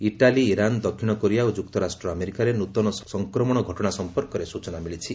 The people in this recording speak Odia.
ଇଟାଲୀ ଇରାନ୍ ଦକ୍ଷିଣ କୋରିଆ ଓ ଯୁକ୍ତରାଷ୍ଟ୍ର ଆମେରିକାରେ ନୃତନ ସଂକ୍ରମଣ ଘଟଣା ସମ୍ପର୍କରେ ସୂଚନା ମିଳିଛି